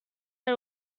are